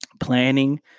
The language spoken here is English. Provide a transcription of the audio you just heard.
planning